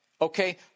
okay